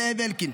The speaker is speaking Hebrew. זאב אלקין.